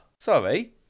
Sorry